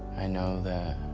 i know that